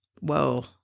whoa